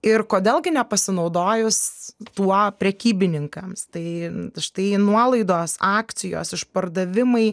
ir kodėl gi nepasinaudojus tuo prekybininkams tai štai nuolaidos akcijos išpardavimai